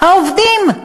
העובדים.